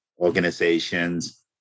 organizations